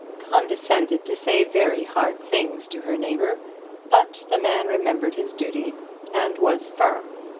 condescended to say very hard things to her neighbour but the man remembered his duty and was firm.